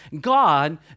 God